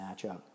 matchup